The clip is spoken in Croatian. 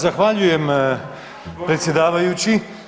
Zahvaljujem predsjedavajući.